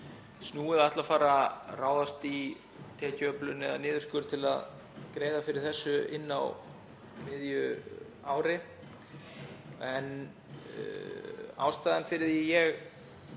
snúið að ætla að fara að ráðast í tekjuöflun eða niðurskurð til að greiða fyrir þetta inni á miðju ári. Ástæðan fyrir því að